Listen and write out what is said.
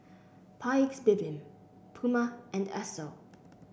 Paik's Bibim Puma and Esso